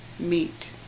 meet